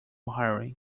wiring